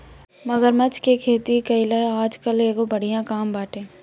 मगरमच्छ के खेती कईल आजकल एगो बढ़िया काम बाटे